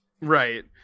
Right